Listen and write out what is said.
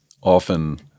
often